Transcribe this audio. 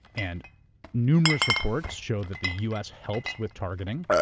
and numerous reports show that the u. s. helps with targeting,